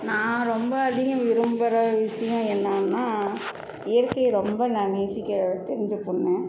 நான் ரொம்ப அதிகம் விரும்புகிற விஷயம் என்னன்னா இயற்கையை ரொம்ப நான் நேசிக்க தெரிஞ்ச பொண்ணு